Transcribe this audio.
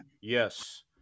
Yes